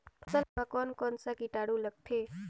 फसल मा कोन कोन सा कीटाणु लगथे?